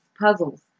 puzzles